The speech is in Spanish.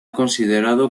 considerado